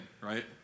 right